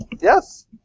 Yes